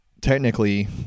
technically